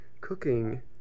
Cooking